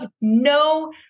no